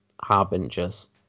Harbingers